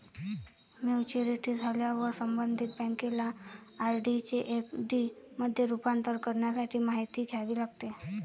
maturity झाल्यावर संबंधित बँकेला आर.डी चे एफ.डी मध्ये रूपांतर करण्यासाठी माहिती द्यावी लागते